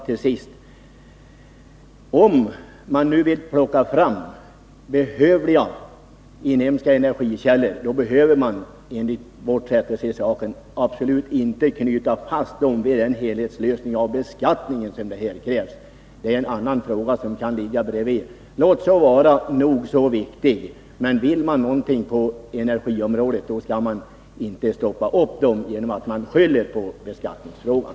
Till sist bara: Om man nu vill plocka fram behövliga inhemska energikällor behöver man enligt vårt sätt att se saken absolut inte knyta fast dem vid en helhetslösning av beskattningen, som man kräver här. Det är en annan fråga som kan ligga bredvid — må så vara att den är nog så viktig. Men vill man någonting på energiområdet skall man inte stoppa upp utvecklingen genom att skylla på beskattningsfrågan.